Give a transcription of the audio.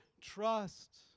trust